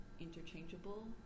interchangeable